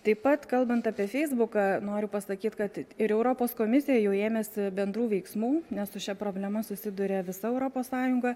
taip pat kalbant apie feisbuką noriu pasakyt kad ir europos komisija jau ėmėsi bendrų veiksmų nes su šia problema susiduria visa europos sąjunga